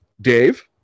Dave